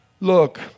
Look